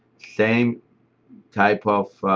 same type of